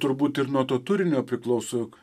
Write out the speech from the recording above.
turbūt ir nuo to turinio priklauso